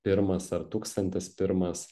pirmas ar tūkstantis pirmas